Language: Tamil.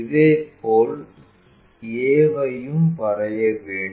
இதேபோல் a வையும் வரைய வேண்டும்